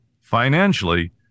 financially